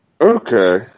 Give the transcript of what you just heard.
Okay